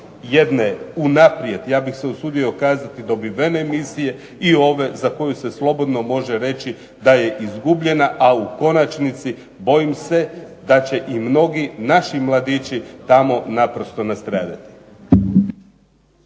jedne unaprijed ja bih se usudio kazati dobivene misije i ove za koju se slobodno može reći da je izgubljena, a u konačnici bojim se da će mnogi naši mladići tamo naprosto nastradati.